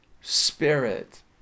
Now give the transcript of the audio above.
Spirit